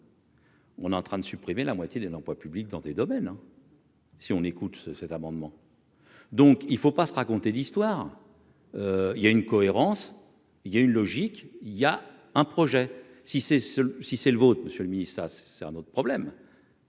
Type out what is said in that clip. On est en train de supprimer la moitié des emplois publics dans des domaines. Si on écoute cet amendement. Donc il ne faut pas se raconter d'histoires, il y a une cohérence, il y a une logique, il y a un projet si c'est ce si c'est le vote Monsieur le Ministre, c'est un autre problème.